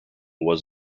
was